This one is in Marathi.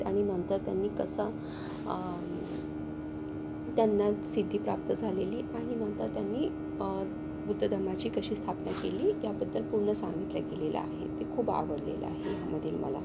आणि नंतर त्यांनी कसा त्यांना सिद्धी प्राप्त झालेली आणि नंतर त्यांनी बुद्ध धर्माची कशी स्थापना केली ह्या बद्दल पूर्ण सांगितले गेलेलं आहे ते खूप आवडलेलं आहे यामध्ये मला